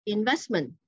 Investment